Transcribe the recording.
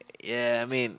yeah I mean